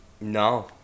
No